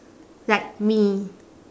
like me